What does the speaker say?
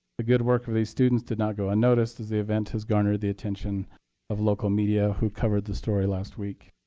the good work of these students did not go unnoticed, as the event has garnered the attention of local media who covered the story last week.